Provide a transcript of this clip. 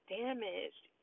damaged